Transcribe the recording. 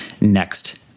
next